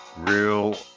Real